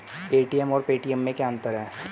ATM और Paytm में क्या अंतर है?